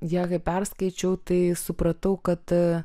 ją kai perskaičiau tai supratau kad